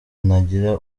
ntagira